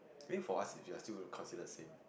maybe for us if you're still gonna consider the same